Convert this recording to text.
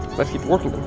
let's keep working